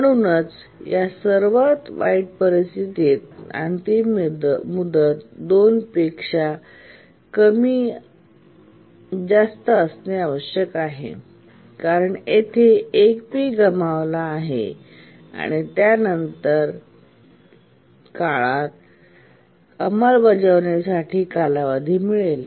म्हणूनच या सर्वात वाईट परिस्थितीत अंतिम मुदत 2 Pपेक्षा जास्त असणे आवश्यक आहे कारण येथे 1 P गमावला आहे आणि त्यानंतरच्या काळातच अंमलबजावणी साठी कालावधी मिळेल